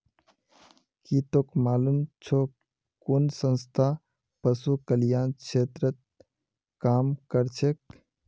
की तोक मालूम छोक कुन संस्था पशु कल्याण क्षेत्रत काम करछेक